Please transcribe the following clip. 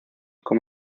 como